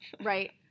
Right